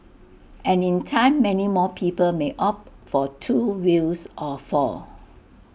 and in time many more people may opt for two wheels or four